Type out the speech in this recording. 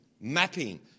mapping